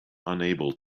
unable